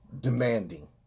demanding